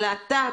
אלא אתה,